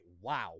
Wow